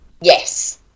yes